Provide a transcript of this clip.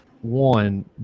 one